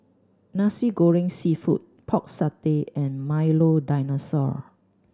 Nasi Goreng Seafood Pork Satay and Milo Dinosaur